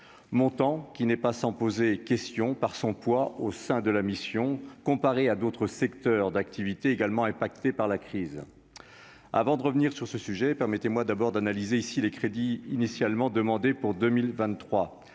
montant qui n'est pas sans poser question par son poids au sein de la mission, comparé à d'autres secteurs d'activité également impacté par la crise, avant de revenir sur ce sujet, permettez-moi d'abord d'analyser ici les crédits initialement demandés pour 2023